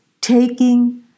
taking